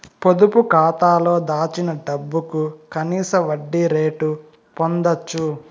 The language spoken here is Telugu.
పొదుపు కాతాలో దాచిన డబ్బుకు కనీస వడ్డీ రేటు పొందచ్చు